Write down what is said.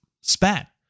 spat